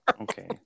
okay